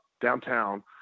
downtown